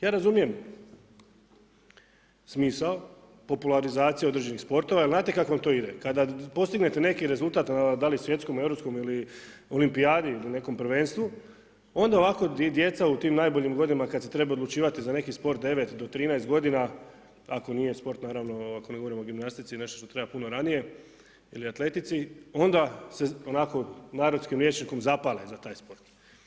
Ja razumijem smisao popularizacije određenih sportova jel znate kako vam to ide, kada postignete neki rezultat da li na svjetskom, europskom ili olimpijadi ili nekom prvenstvu onda ovako djeca u tim najboljim godinama kada se treba odlučivati za neki sport 9 do 13 godina ako nije sport naravno ako ne govorimo o gimnastici ili nešto što treba puno ranije ili atletici onda se onako narodskim rječnikom zapale za taj sport.